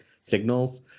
signals